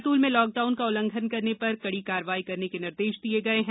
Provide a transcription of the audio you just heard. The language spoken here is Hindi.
बैतूल में लॉकडाउन का उल्लघंन करने पर कड़ी कार्यवाही करने के निर्देश दिये गये है